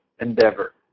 endeavor